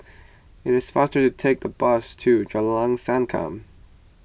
it is faster to take the bus to Jalan Sankam